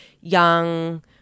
Young